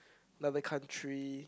another country